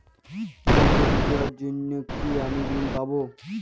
দুর্গা পুজোর জন্য কি আমি ঋণ পাবো?